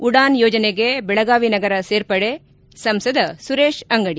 ಉಡಾನ್ ಯೋಜನೆಗೆ ಬೆಳಗಾವಿ ನಗರ ಸೇರ್ಪಡೆ ಸಂಸದ ಸುರೇಶ್ ಅಂಗಡಿ